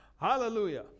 Hallelujah